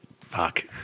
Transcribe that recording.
Fuck